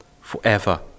forever